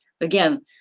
Again